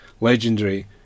Legendary